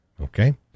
Okay